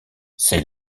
ses